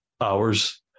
hours